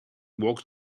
walks